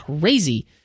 crazy